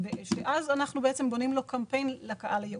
ואז אנחנו בונים לו קמפיין לקהל הייעודי.